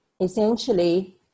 Essentially